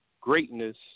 greatness